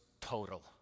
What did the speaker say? total